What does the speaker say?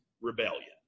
rebellion